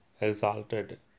exalted